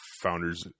founders